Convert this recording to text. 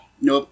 Nope